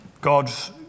God's